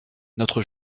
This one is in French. notre